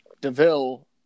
Deville